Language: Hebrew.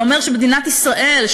זה אומר שבמדינת ישראל,